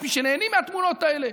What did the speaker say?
ויש מי שנהנים מהתמונות האלה.